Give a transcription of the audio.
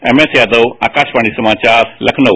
MS Yadav Akashvani समाचार लखनऊ